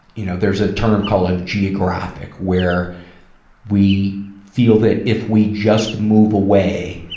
you know, there's a term called a geographic, where we feel that if we just move away,